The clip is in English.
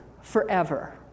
forever